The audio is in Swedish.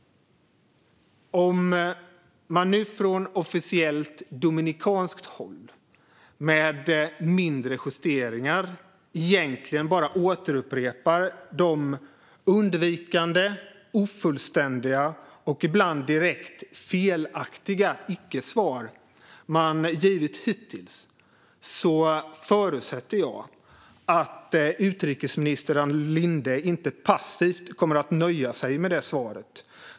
Om man nu från officiellt dominikanskt håll med mindre justeringar egentligen bara återupprepar de undvikande, ofullständiga och ibland direkt felaktiga icke-svar man hittills givit förutsätter jag att utrikesminister Ann Linde inte passivt kommer att nöja sig med detta.